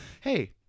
Hey